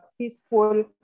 peaceful